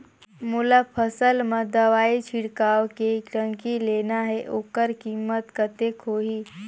मोला फसल मां दवाई छिड़काव के टंकी लेना हे ओकर कीमत कतेक होही?